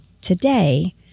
Today